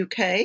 UK